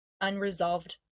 Unresolved